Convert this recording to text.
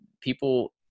people –